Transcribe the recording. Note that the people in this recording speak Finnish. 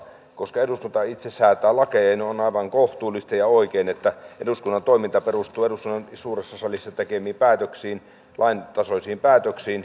koska eduskunta itse säätää lakeja niin on aivan kohtuullista ja oikein että eduskunnan toiminta perustuu eduskunnan suuressa salissa tekemiin lain tasoisiin päätöksiin